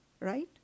right